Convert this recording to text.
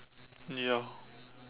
ya